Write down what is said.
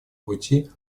пути